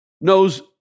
knows